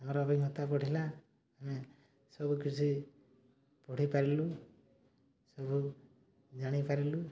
ଆମର ଅଭିଜ୍ଞତା ବଢ଼ିଲା ଆମେ ସବୁ କିଛି ପଢ଼ିପାରିଲୁ ସବୁ ଜାଣିପାରିଲୁ